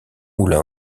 moulin